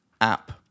app